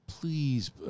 Please